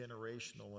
generational